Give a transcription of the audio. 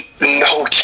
No